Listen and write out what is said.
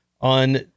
on